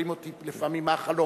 שואלים אותי לפעמים מה החלום.